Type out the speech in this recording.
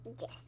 Yes